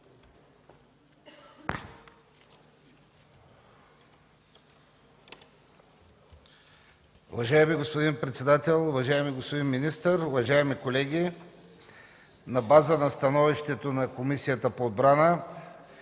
Уважаеми господин председател, уважаеми господин министър, уважаеми колеги! На база становището на Комисията по отбрана,